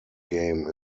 game